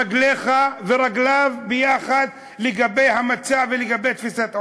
רגליך ורגליו ביחד לגבי המצב ולגבי תפיסת העולם.